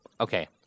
okay